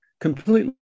completely